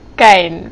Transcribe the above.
kan